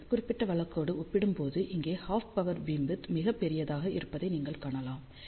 இந்த குறிப்பிட்ட வழக்கோடு ஒப்பிடும்போது இங்கே ஹாஃப் பவர் பீம் விட்த் மிகப் பெரியதாக இருப்பதை நீங்கள் காணலாம்